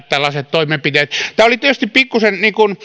toimenpiteet tämä oli tietysti pikkusen